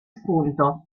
spunto